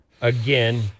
Again